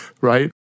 right